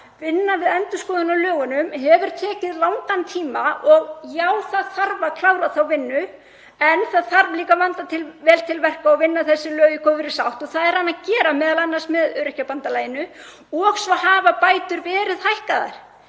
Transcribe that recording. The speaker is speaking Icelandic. Vinna við endurskoðun á lögunum hefur tekið langan tíma og það þarf að klára þá vinnu, en það þarf líka að vanda vel til verka og vinna þessi lög í góðri sátt. Það er hann að gera, m.a. með Öryrkjabandalaginu, og svo hafa bætur verið hækkaðar.